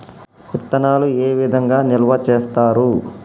విత్తనాలు ఏ విధంగా నిల్వ చేస్తారు?